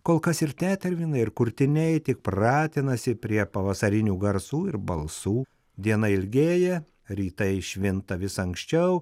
kol kas ir tetervinai ir kurtiniai tik pratinasi prie pavasarinių garsų ir balsų diena ilgėja rytais švinta vis anksčiau